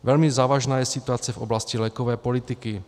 Velmi závažná je situace v oblasti lékové politiky.